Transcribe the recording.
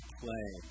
play